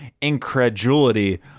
incredulity